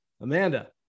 Amanda